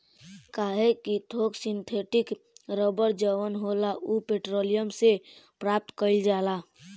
काहे कि थोक सिंथेटिक रबड़ जवन होला उ पेट्रोलियम से प्राप्त कईल जाला